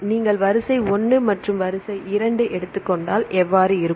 நீங்கள் வரிசை 1 மற்றும் வரிசையை எடுத்துக் கொண்டால் எவ்வாறு இருக்கும்